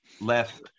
left